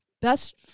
best